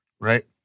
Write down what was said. right